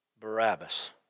Barabbas